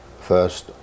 first